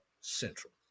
Central